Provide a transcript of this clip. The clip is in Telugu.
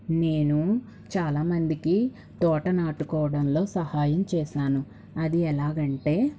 నేను చాలామందికి తోట నాటుకోవడంలో సహాయం చేశాను అది ఎలాగంటే